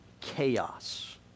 chaos